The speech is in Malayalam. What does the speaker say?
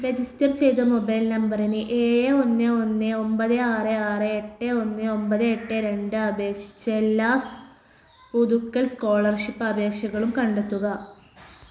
രജിസ്റ്റർ ചെയ്ത മൊബൈൽ നമ്പറിന് ഏഴ് ഒന്ന് ഒന്ന് ഒമ്പത് ആറ് ആറ് എട്ട് ഒന്ന് ഒമ്പത് എട്ട് രണ്ട് അപേക്ഷിച്ച എല്ലാ സ് പുതുക്കൽ സ്കോളർഷിപ്പ് അപേക്ഷകളും കണ്ടെത്തുക